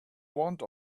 want